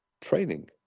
training